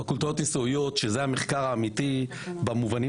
פקולטות ניסוייות שזה המחקר האמיתי במובנים